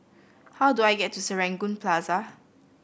how do I get to Serangoon Plaza